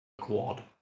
quad